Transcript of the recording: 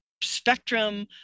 spectrum